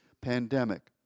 pandemic